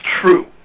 true